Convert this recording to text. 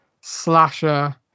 slasher